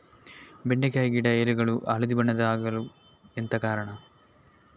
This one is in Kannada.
ಬೆಂಡೆಕಾಯಿ ಗಿಡ ಎಲೆಗಳು ಹಳದಿ ಬಣ್ಣದ ಆಗಲು ಎಂತ ಕಾರಣ?